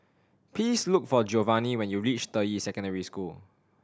please look for Giovanny when you reach Deyi Secondary School